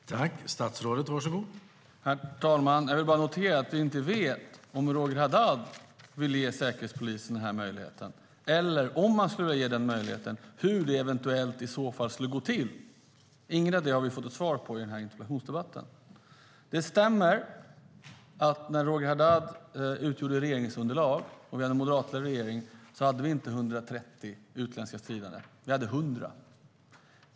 STYLEREF Kantrubrik \* MERGEFORMAT Svar på interpellationerDet stämmer att vi, när Roger Haddad utgjorde regeringsunderlag och vi hade en moderatledd regering, inte hade 130 utländska stridande, utan vi hade 100.